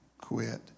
quit